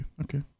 Okay